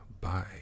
bye